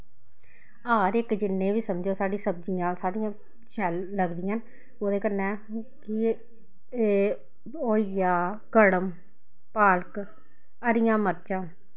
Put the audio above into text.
हर इक जिन्ने बी समझो साढ़ी सब्जियां न साढ़िया शैल लगदियां न ओह्दै कन्नै एह् होई गेआ कड़म पालक हरियां मर्चां